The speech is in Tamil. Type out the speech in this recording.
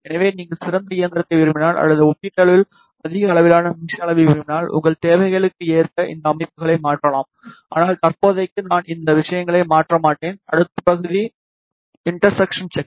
எனவே நீங்கள் சிறந்த இயந்திரத்தை விரும்பினால் அல்லது ஒப்பீட்டளவில் அதிக அளவிலான மெஷ் அளவை விரும்பினால் உங்கள் தேவைகளுக்கு ஏற்ப இந்த அமைப்புகளை மாற்றலாம் ஆனால் தற்போதைக்கு நான் இந்த விஷயங்களை மாற்ற மாட்டேன் அடுத்த பகுதி இன்டர்செக்ஜன் செக்